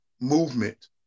movement